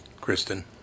Kristen